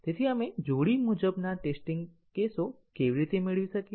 આપણે જોડી મુજબના ટેસ્ટીંગ કેસો કેવી રીતે મેળવી શકીએ